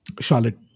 Charlotte